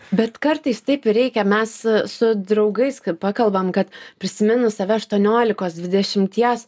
bet kartais taip ir reikia mes su draugais kai pakalbam kad prisiminus save aštuoniolikos dvidešimties